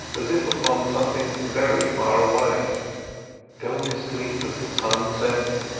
as if upon something very far away going to sleep as the sun sets,